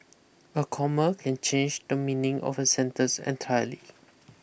a comma can change the meaning of a sentence entirely